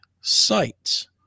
sites